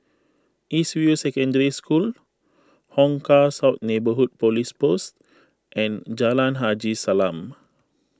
East View Secondary School Hong Kah South Neighbourhood Police Post and Jalan Haji Salam